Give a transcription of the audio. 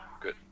Good